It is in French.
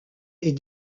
est